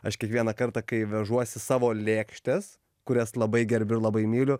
aš kiekvieną kartą kai vežuosi savo lėkštes kurias labai gerbiu ir labai myliu